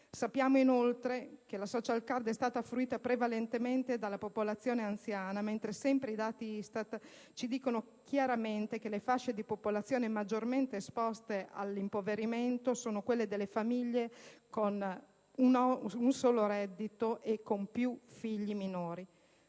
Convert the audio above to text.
sappiamo, inoltre, che la *social card* è stata fruita prevalentemente dalla popolazione anziana, mentre sempre i dati ISTAT mettono chiaramente in evidenza come le fasce di popolazione maggiormente esposte alla povertà siano le famiglie con un solo reddito e con più figli minori.